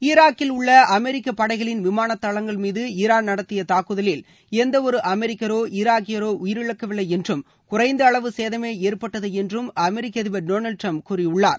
ஈராக்கில் உள்ள அமெரிக்க படைகளின் விமான தளங்கள் மீது ஈரான் நடத்திய தாக்குதலில் எந்த ஒரு அமெரிக்கரோ ஈராக்கியரோ உயரிழக்கவில்லை என்றும் குறைந்த அளவு சேதமே ஏற்பட்டது என்றும் அமெரிக்க அதிபர் திரு டொனால்டு டிரம்ப் கூறியிருக்கிறார்